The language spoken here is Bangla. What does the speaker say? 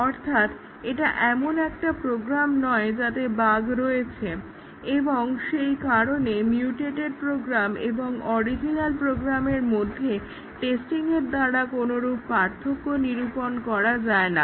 অর্থাৎ এটা এমন একটা প্রোগ্রাম নয় যাতে বাগ্ রয়েছে এবং সেইকারণে মিউটেটেড প্রোগ্রাম এবং অরিজিনাল প্রোগ্রামের মধ্যে টেস্টিংয়ের দ্বারা কোনরূপ পার্থক্য নিরুপন করা যায় না